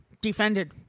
defended